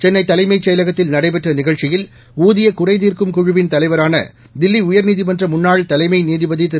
சென்னை தலைமைச் செயலகத்தில் நடைபெற்ற நிகழ்ச்சியில் ஊதிய குறைதீர்க்கும் குழுவின் தலைவரான தில்லி உயர்நீதிமன்ற முன்னாள் தலைமை நீதிபதி திரு